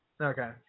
Okay